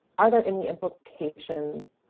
are there any implications